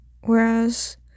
Whereas